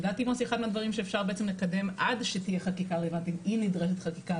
אחד מהדברים שאפשר בעצם לקדם עד שתהיה חקיקה רלוונטית אם נדרשת חקיקה,